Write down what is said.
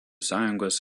sąjungos